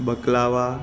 baklava